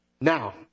Now